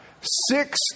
six